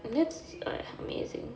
that's amazing